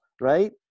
right